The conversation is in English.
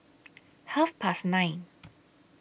Half Past nine